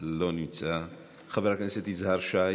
לא נמצא, חבר הכנסת יזהר שי